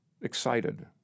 Excited